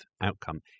outcome